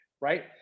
right